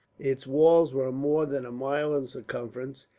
its walls were more than a mile in circumference,